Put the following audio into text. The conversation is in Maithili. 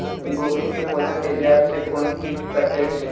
गोभी के पोधा के जड़ से कोन कीट कटे छे?